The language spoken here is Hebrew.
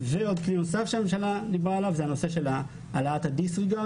כלי נוסף הוא הנושא של העלאת ה-disregard